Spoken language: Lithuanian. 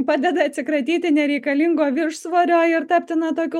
padeda atsikratyti nereikalingo viršsvorio ir tapti na tokiu